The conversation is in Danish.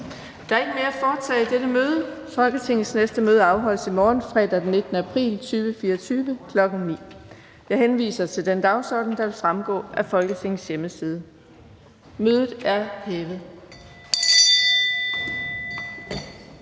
Der er ikke mere at foretage i dette møde. Folketingets næste møde afholdes i morgen, fredag den 19. april 2024, kl. 9.00. Jeg henviser til den dagsorden, der vil fremgå af Folketingets hjemmeside. Mødet er hævet.